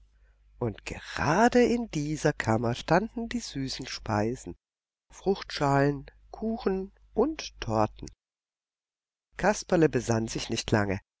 und gerade in dieser kammer standen die süßen speisen fruchtschalen kuchen und torten kasperle besann sich nicht lange